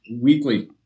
weekly